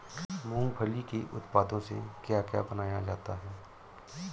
मूंगफली के उत्पादों से क्या क्या बनाया जाता है?